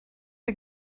der